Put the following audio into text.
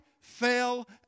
fell